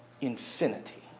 infinity